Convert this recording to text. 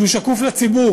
וזה שקוף לציבור.